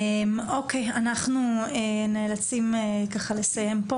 אנחנו נאלצים לסיים פה.